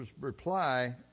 reply